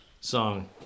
song